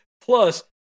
Plus